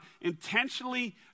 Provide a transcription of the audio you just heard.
intentionally